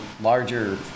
larger